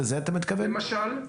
למשל.